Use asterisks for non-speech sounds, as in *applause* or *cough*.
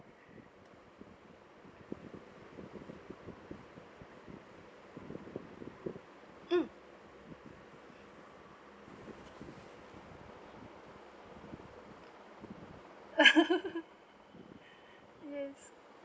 mm *laughs*